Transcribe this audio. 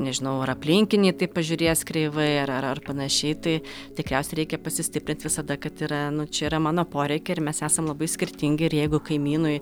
nežinau ar aplinkiniai į tai pažiūrės kreivai ar ar ar panašiai tai tikriausia reikia pasistiprint visada kad yra nu čia yra mano poreikiai ir mes esam labai skirtingi ir jeigu kaimynui